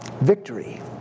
victory